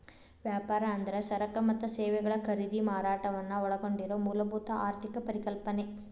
ವ್ಯಾಪಾರ ಅಂದ್ರ ಸರಕ ಮತ್ತ ಸೇವೆಗಳ ಖರೇದಿ ಮಾರಾಟವನ್ನ ಒಳಗೊಂಡಿರೊ ಮೂಲಭೂತ ಆರ್ಥಿಕ ಪರಿಕಲ್ಪನೆ